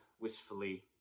wistfully